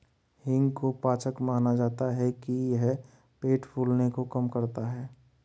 हींग को पाचक माना जाता है कि यह पेट फूलने को कम करता है